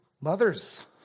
mothers